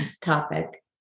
topic